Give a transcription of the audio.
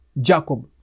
Jacob